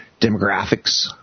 demographics